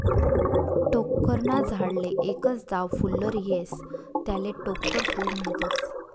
टोक्कर ना झाडले एकच दाव फुल्लर येस त्याले टोक्कर फूल म्हनतस